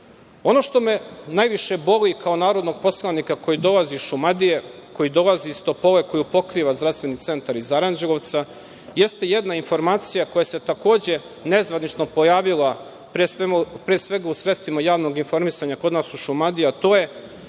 što me najviše boli kao narodnog poslanika koji dolazi iz Šumadije, koji dolazi iz Topole, koju pokriva zdravstveni centar iz Aranđelovca, jeste jedna informacija koja se, takođe, nezvanično pojavila pre svega u sredstvima javnog informisanja kod nas u Šumadiji, a to je